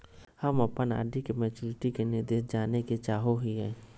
हम अप्पन आर.डी के मैचुरीटी के निर्देश जाने के चाहो हिअइ